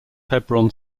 hebron